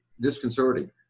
disconcerting